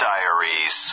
Diaries